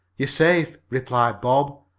you're safe, replied bob.